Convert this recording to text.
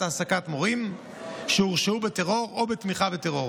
העסקת מורים שהורשעו בטרור או בתמיכה בטרור